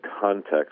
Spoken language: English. context